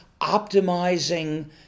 optimizing